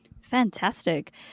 Fantastic